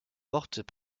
portent